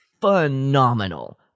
phenomenal